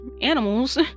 animals